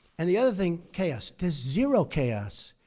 and the other thing chaos. there's zero chaos.